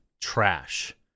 trash